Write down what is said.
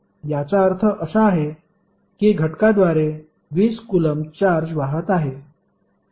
याचा अर्थ असा आहे की घटकाद्वारे 20 कुलम्ब चार्ज वाहत आहे